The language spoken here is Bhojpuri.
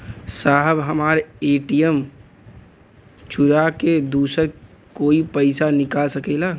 साहब हमार ए.टी.एम चूरा के दूसर कोई पैसा निकाल सकेला?